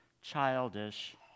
childish